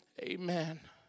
Amen